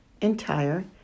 entire